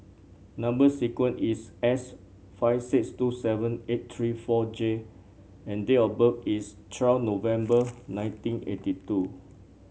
number sequence is S five six two seven eight three four J and date of birth is twelve November nineteen eighty two